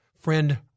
friend